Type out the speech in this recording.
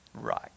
right